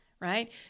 right